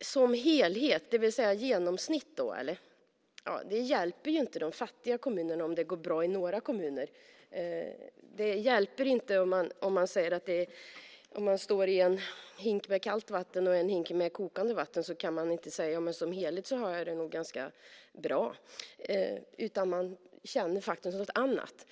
Som helhet, vill det säga genomsnittligt då, eller? Det hjälper ju inte de fattiga kommunerna om det går bra i några kommuner. Om man står med ena foten i en hink med kallt vatten och den andra i en hink med kokande vatten kan man inte säga att man som helhet har det ganska bra, utan man känner faktiskt något annat.